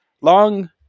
long